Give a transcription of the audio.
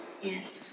Yes